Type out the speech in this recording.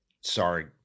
Sorry